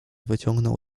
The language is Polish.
wyciągnął